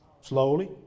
slowly